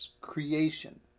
creation